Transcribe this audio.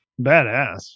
badass